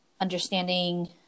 understanding